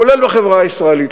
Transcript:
כולל בחברה הישראלית,